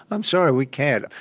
i'm sorry, we can't.